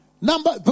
Number